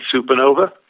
Supernova